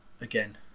again